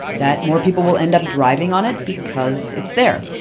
that more people will end up driving on it because it's there.